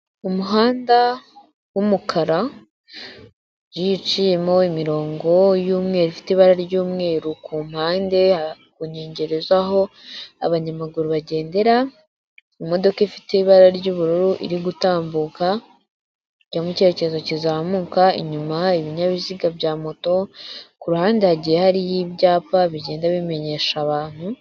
Umuhanda w'umukara ugiye uciyemo imirongo y'umweru ifite ibara ry'umweru ku mpande ku nkengero z'aho abanyamaguru bagendera, imodoka ifite ibara ry'ubururu iri gutambuka ijya mu cyerekezo kizamuka, inyuma ibinyabiziga bya moto, ku ruhande hagiye hariyo ibyapa bigenda bimenyesha abantu.